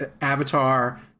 Avatar